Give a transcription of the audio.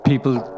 People